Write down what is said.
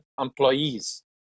employees